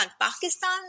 Pakistan